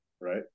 right